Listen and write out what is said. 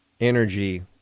energy